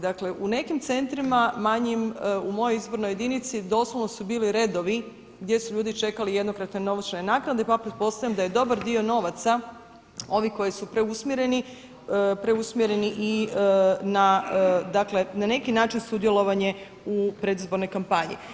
Dakle u nekim centrima manjima u mojoj izbornoj jedinici doslovno su bili redovi gdje su ljudi čekali jednokratne novčane naknade pa pretpostavljam da je dobar dio novaca ovi koji su preusmjereni, preusmjereni i na neki način sudjelovanje u predizbornoj kampanji.